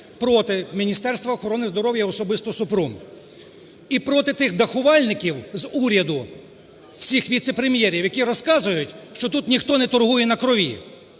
проти Міністерства охорони здоров'я, особисто Супрун, і проти тих дахувальників з уряду, всіх віце-прем'єрів, які розказують, що тут ніхто не торгує на крові.